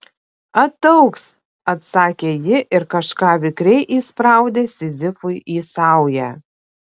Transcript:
ataugs atsakė ji ir kažką vikriai įspraudė sizifui į saują